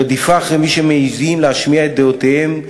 הרדיפה אחרי מי שמעזים להשמיע את דעותיהם,